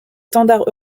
standards